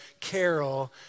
carol